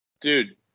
dude